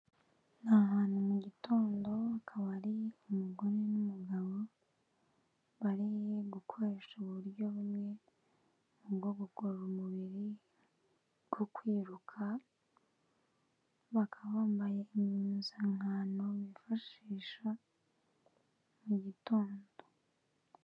Ni ahantu mu gitondo, akaba ari umugore n'umugabo, bari gukoresha uburyo bumwe bwo kugorora umubiri bwo kwiruka, bakaba bambaye impuzankano bifashisha mu gitondo.